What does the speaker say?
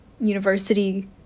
university